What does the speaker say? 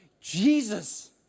Jesus